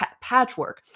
patchwork